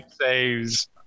saves